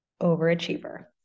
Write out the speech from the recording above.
overachiever